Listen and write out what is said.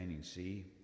sea